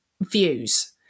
views